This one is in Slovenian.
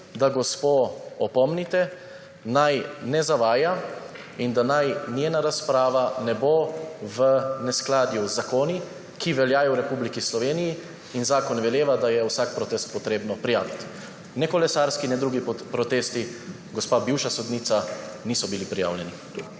da gospo opomnite, naj ne zavaja in da naj njena razprava ne bo v neskladju z zakoni, ki veljajo v Republiki Sloveniji. Zakon veleva, da je vsak protest potrebno prijaviti. Ne kolesarski ne drugi protesti, gospa bivša sodnica, niso bili prijavljeni.